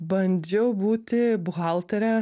bandžiau būti buhaltere